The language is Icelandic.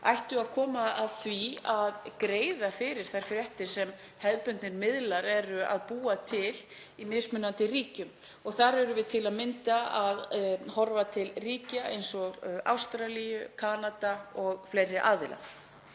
ættu að koma að því að greiða fyrir þær fréttir sem hefðbundnir miðlar eru að búa til í mismunandi ríkjum. Þar erum við til að mynda að horfa til ríkja eins og Ástralíu, Kanada og fleiri aðila.